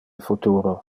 futuro